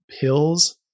pills